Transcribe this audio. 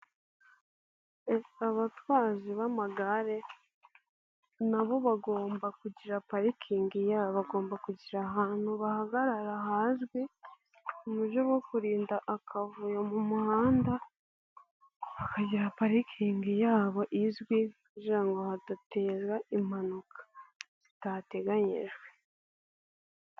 Abatwazi b'amagare nabo bagomba kugira parikingi yabo, bagomba kugira ahantu bahagarara hazwi, mu buryo bwo kurinda akavuyo mu muhanda, bakagira parikingi yabo izwi kugira ngo badateza impanuka zitateganyijwe.